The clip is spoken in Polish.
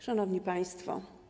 Szanowni Państwo!